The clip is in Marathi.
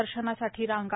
दर्शनासाठी रांगा